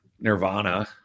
nirvana